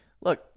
look